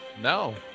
No